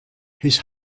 his